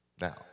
Now